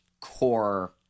core